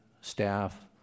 staff